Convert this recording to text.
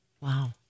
wow